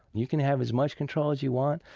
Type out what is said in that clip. you can have as much control as you want,